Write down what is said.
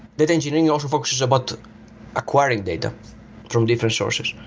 data engineering also focuses about acquiring data from different sources.